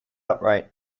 upright